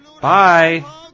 Bye